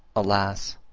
alas!